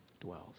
dwells